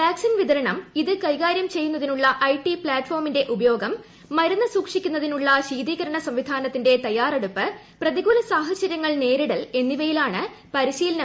വാക ്സിൻ വിതരണം ഇത് കൈകാര്യം ചെയ്യുന്നതിനുള്ള ഐടി പ്ലാറ്റ്ഫോമിന്റെ ഉപയോഗം മരുന്ന് സൂക്ഷിക്കുന്നതിനുള്ള ശീതീകരണ സംവിധാനത്തിന്റെ തയ്യാറെടുപ്പ് പ്രതികൂല സാഹചര്യങ്ങൾ നേരിടൽ എന്നിവയിലാണ് പരിശീലനം